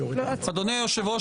אדוני היושב-ראש,